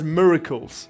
miracles